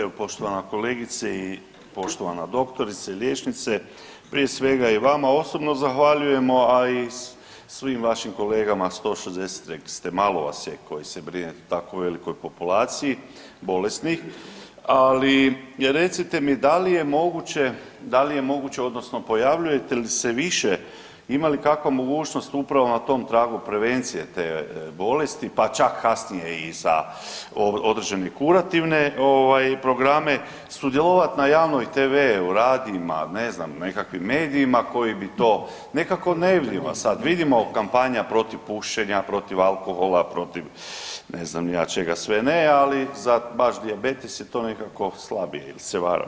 Evo, poštovana kolegice i poštovana doktorice, liječnice, prije svega i vama osobno zahvaljujemo, a i svim vašim kolegama 160 rekli ste, malo vas je koji se brinete o tako velikoj populaciji bolesnih, ali recite mi da li je moguće, da li je moguće odnosno pojavljujete li se više, ima li kakva mogućnost upravo na tom tragu prevencije te bolesti pa čak kasnije i za određene kurativne ovaj programe sudjelovat na javnoj tv, u radijima ne znam nekakvim medijima koji bi to nekako, nekako ne vidimo vas sad, vidimo kampanja protiv pušenja, protiv alkohola, protiv ne znam ni ja čega sve ne, ali za baš dijabetes se to nekako slabije ili se varam.